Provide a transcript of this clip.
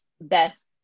best